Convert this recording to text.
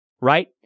Right